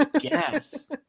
Yes